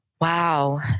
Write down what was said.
Wow